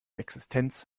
existenz